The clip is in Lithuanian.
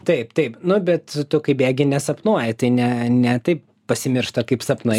taip taip nuo bet tu kaip bėgi nesapnuoji tai ne ne taip pasimiršta kaip sapnai